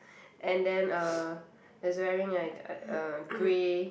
and then uh he's wearing a a a grey